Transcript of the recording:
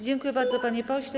Dziękuję bardzo, panie pośle.